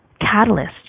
Catalyst